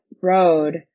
road